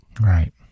right